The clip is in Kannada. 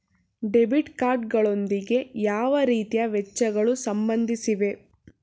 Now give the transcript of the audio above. ಡೆಬಿಟ್ ಕಾರ್ಡ್ ಗಳೊಂದಿಗೆ ಯಾವ ರೀತಿಯ ವೆಚ್ಚಗಳು ಸಂಬಂಧಿಸಿವೆ?